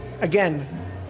again